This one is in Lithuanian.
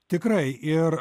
tikrai ir